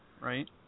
Right